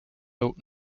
built